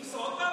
בוסו, עוד פעם?